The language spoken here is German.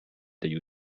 der